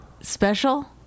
special